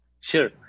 Sure